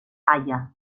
halla